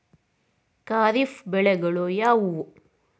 ಖಾರಿಫ್ ಬೆಳೆಗಳು ಯಾವುವು?